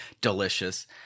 delicious